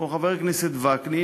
או חבר הכנסת וקנין,